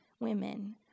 women